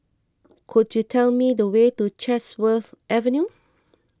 could you tell me the way to Chatsworth Avenue